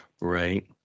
Right